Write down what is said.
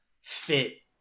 fit